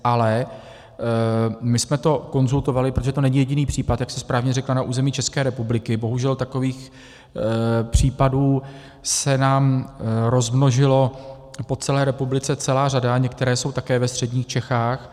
Ale my jsme to konzultovali, protože to nebyl jediný případ, jak jste správně řekla, na území České republiky, bohužel takových případů se nám rozmnožila po celé republice celá řada a některé další jsou také ve středních Čechách.